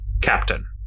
Captain